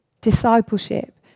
Discipleship